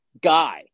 guy